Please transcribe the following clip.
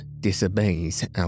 disobeys